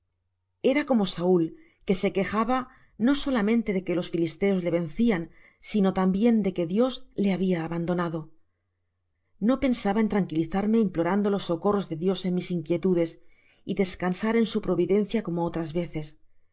era como saul que se quejaba no solamente de que los filisteos le vencian sino tambien de que dios le kabia abandonado no pensaba en tranquilizarme implorando los socorros de dios en mis inquietudes y descansar en si providencia como otras veces si